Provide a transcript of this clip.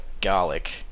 garlic